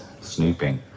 Snooping